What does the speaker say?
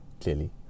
clearly